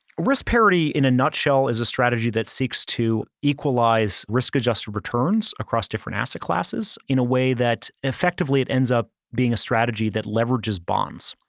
risk parity in a nutshell is a strategy that seeks to equalize risk adjusted returns across different asset classes in a way that effectively it ends up being a strategy that leverages bonds.